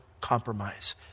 compromise